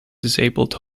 disabled